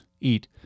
Eat